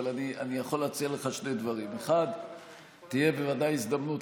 אבל אני יכול להציע לך שני דברים: 1. תהיה בוודאי הזדמנות,